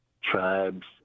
tribes